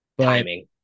Timing